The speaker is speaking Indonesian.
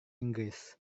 inggris